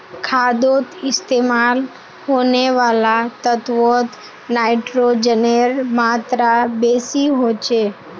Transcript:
खादोत इस्तेमाल होने वाला तत्वोत नाइट्रोजनेर मात्रा बेसी होचे